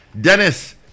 Dennis